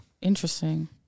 Interesting